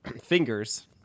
fingers